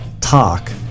talk